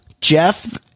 jeff